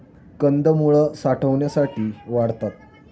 कंदमुळं साठवणीसाठी वाढतात